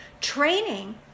Training